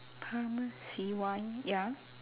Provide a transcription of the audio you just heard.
pharmacy Y ya